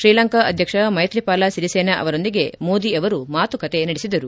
ಶ್ರೀಲಂಕಾ ಅಧ್ಯಕ್ಷ ಮೈತ್ರಿಪಾಲ ಸಿರಿಸೇನಾ ಅವರೊಂದಿಗೆ ಮೋದಿ ಅವರು ಮಾತುಕತೆ ನಡೆಸಿದರು